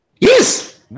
Yes